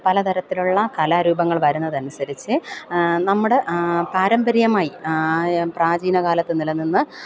പലതരത്തിലുള്ള കലാരൂപങ്ങൾ വരുന്നതനുസരിച്ചു നമ്മുടെ പാരമ്പര്യമായി പ്രാചീനകാലത്ത് നിലനിന്നിരുന്ന